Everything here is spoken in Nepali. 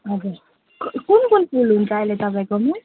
हजुर कुन कुन फुल हुन्छ अहिले तपाईँकोमा